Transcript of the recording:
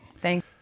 Thank